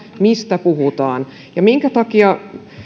mistä puhutaan ja minkä takia